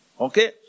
Okay